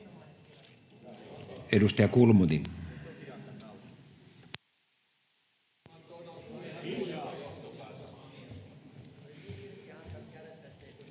Edustaja Kulmuni. [Speech